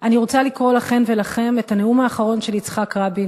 אני רוצה לקרוא לכן ולכם את הנאום האחרון של יצחק רבין,